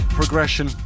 progression